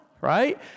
right